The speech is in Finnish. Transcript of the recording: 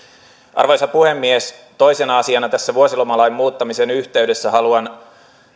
arvoisa puhemies toisena asiana tässä vuosilomalain muuttamisen yhteydessä haluan